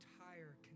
entire